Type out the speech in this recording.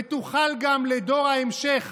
ותוכל גם לדור ההמשך